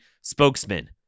spokesman